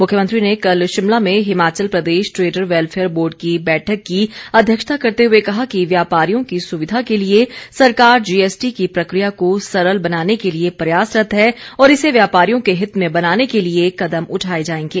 मुख्यमंत्री ने कल शिमला में Himachal Pradesh trader welfare board की बैठक की अध्यक्षता करते हुए कहा कि व्यापारियों की सुविधा के लिए सरकार जीएसीटी की प्रक्रिया को सरल बनाने के लिए प्रयासरत है और इसे व्यापारियों के हित में बनाने के लिए कदम उठाए जाएंगे